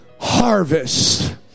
harvest